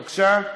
בבקשה.